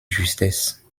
justesse